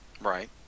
Right